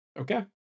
okay